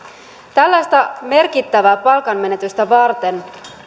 tällaista merkittävää palkanmenetystä varten